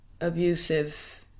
abusive